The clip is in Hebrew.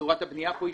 צורת הבנייה פה שונה.